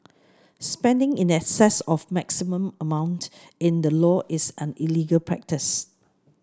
spending in excess of maximum amount in the law is an illegal practice